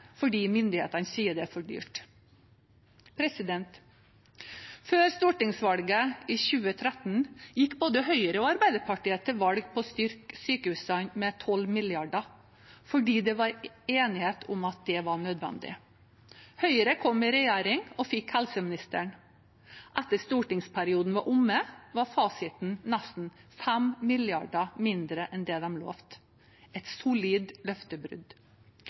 fordi myndighetene sier det er for dyrt. Før stortingsvalget i 2013 gikk både Høyre og Arbeiderpartiet til valg på å styrke sykehusene med 12 mrd. kr fordi det var enighet om at det var nødvendig. Høyre kom i regjering og fikk helseministeren. Etter at stortingsperioden var omme, var fasiten nesten 5 mrd. kr mindre enn det de lovte – et solid løftebrudd.